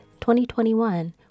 2021